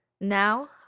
Now